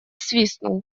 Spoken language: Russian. свистнул